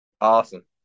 Awesome